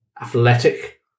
athletic